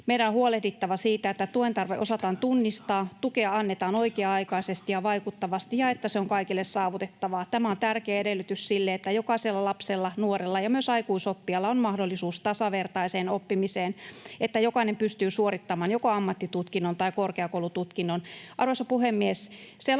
Meidän on huolehdittava siitä, että tuen tarve osataan tunnistaa, tukea annetaan oikea-aikaisesti ja vaikuttavasti ja että se on kaikille saavutettavaa. Tämä on tärkeä edellytys sille, että jokaisella lapsella, nuorella ja myös aikuisoppijalla on mahdollisuus tasavertaiseen oppimiseen, että jokainen pystyy suorittamaan joko ammattitutkinnon tai korkeakoulututkinnon. Arvoisa puhemies!